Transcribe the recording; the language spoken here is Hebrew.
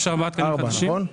יש ארבעה תקנים חדשים.